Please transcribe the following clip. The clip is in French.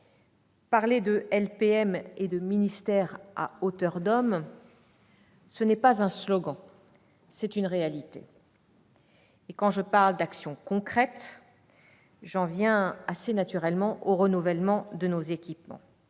parler de LPM et de ministère à « hauteur d'homme », ce n'est pas un slogan, c'est une réalité. Quand je parle d'actions concrètes, j'en viens assez naturellement au renouvellement de nos équipements,